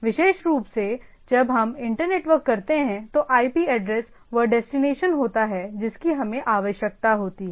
विशेष रूप से जब हम इंटरनेटवर्क करते हैं तो आईपी एड्रेस वह डेस्टिनेशन होता है जिसकी हमें आवश्यकता होती है